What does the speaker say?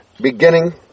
beginning